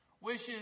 Wishes